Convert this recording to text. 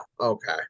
Okay